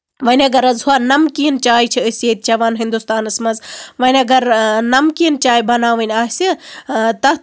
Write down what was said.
وۄنۍ اَگر حظ أسۍ ہۄ نَمکیٖن چاے چھِ أسۍ ییٚتہِ چٮ۪وان ہِندُستانَس منٛز وۄنۍ اَگر نَمکیٖن چاے بَناوٕنۍ آسہِ تَتھ